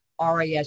RAS